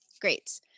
Great